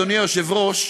אדוני היושב-ראש,